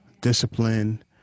discipline